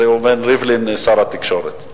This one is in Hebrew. ראובן ריבלין שר התקשורת.